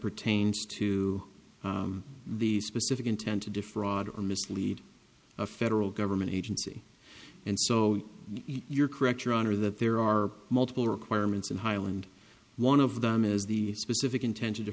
pertains to the specific intent to defraud or mislead a federal government agency and so you're correct your honor that there are multiple requirements in highland one of them is the specific intent